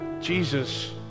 Jesus